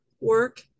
work